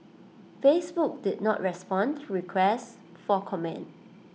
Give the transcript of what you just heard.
Facebook did not respond to A request for comment